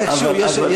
אנחנו מוכנים כל שבוע.